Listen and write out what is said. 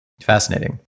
Fascinating